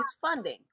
funding